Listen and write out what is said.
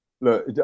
Look